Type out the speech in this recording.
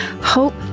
Hope